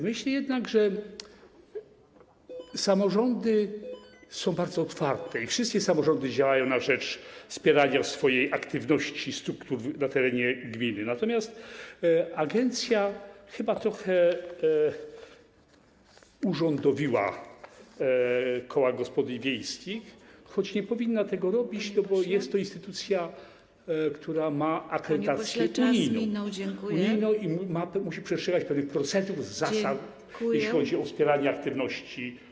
Myślę jednak, że samorządy są bardzo otwarte i wszystkie samorządy działają na rzecz wspierania w swojej aktywności struktur na terenie gminy, natomiast agencja chyba trochę urządowiła koła gospodyń wiejskich, choć nie powinna tego robić, bo jest to instytucja, która ma akredytację unijną i musi przestrzegać pewnych procedur i zasad, jeśli chodzi o wspieranie wszystkich aktywności.